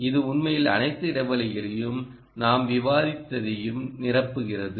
இது உண்மையில் அனைத்து இடைவெளிகளையும் நாம் விவாதித்ததையும் நிரப்புகிறது